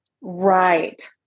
Right